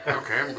okay